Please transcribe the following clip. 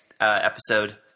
episode